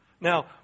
Now